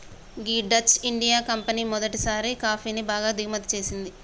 గీ Dutch India company మొదటిసారి కాఫీని బాగా దిగుమతి చేసింది